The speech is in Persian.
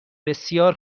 بسیار